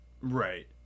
Right